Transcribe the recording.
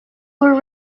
were